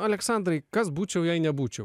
aleksandrai kas būčiau jei nebūčiau